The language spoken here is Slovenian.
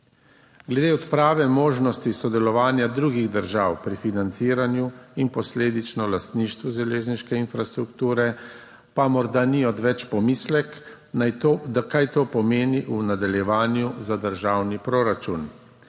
Glede odprave možnosti sodelovanja drugih držav pri financiranju in posledično lastništvu železniške infrastrukture, pa morda ni odveč pomislek, kaj to pomeni v nadaljevanju za državni proračun.